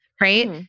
Right